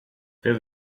fill